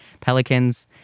pelicans